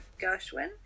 Gershwin